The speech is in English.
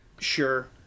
Sure